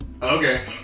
Okay